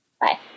Bye